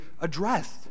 addressed